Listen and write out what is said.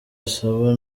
asaba